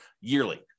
yearly